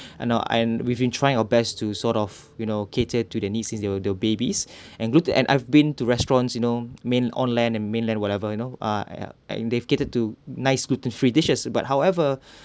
and now and we've been trying our best to sort of you know cater to their needs since they were they were babies and go to and I've been to restaurants you know main on land and mainland whatever you know ah ya and dedicated to nice gluten free dishes but however